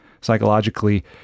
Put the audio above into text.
psychologically